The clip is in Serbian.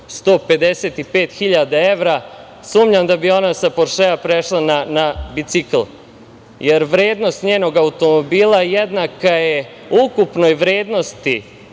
hiljada evra, sumnjam da bi ona sa Poršea prešla na bicikl, jer vrednost njenog automobila jednaka je ukupnoj vrednosti